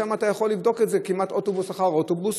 ושם אתה יכול לבדוק את זה כמעט אוטובוס אחר אוטובוס.